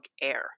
Air